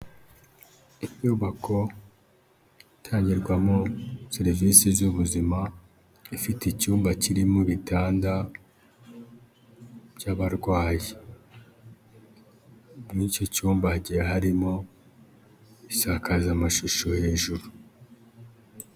Inyubako itangirwamo serivise z'ubuzima ifite icyumba kirimo ibitanda by'abarwayi muri icyo cyumba hagiye harimo isakazamashusho hejuru.